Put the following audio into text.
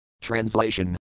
Translation